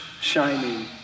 shining